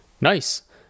Nice